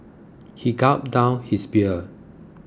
he gulped down his beer